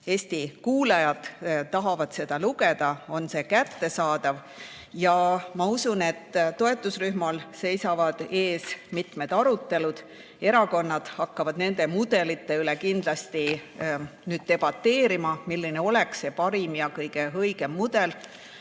Eesti kuulajatest tahavad seda lugeda, on see kättesaadav. Ma usun, et toetusrühmal seisavad ees mitmed arutelud, erakonnad hakkavad nende mudelite üle kindlasti debateerima, et milline oleks see parim ja kõige õigem mudel.